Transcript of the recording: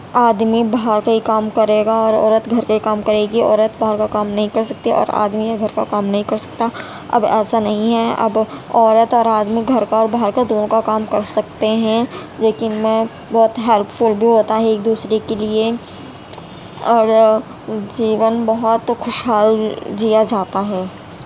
آدمی باہر کا ہی کام کرے گا اور عورت گھر کا ہی کام کرے گی عورت باہر کا کام نہیں کر سکتی اور آدمی ہے گھر کا کام نہیں کر سکتا اب ایسا نہیں ہے اب عورت اور آدمی گھر کا اور باہر کا دونوں کا کام کر سکتے ہیں لیکن میں بہت ہیلپ فل بھی ہوتا ہے ایک دوسرے کے لیے اور جیون بہت خوش حال جیا جاتا ہے